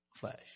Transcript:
flesh